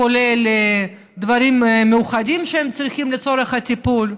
כולל דברים מיוחדים שהם צריכים לצורך הטיפול,